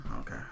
Okay